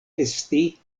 esti